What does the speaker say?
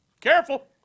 Careful